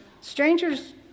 strangers